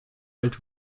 alt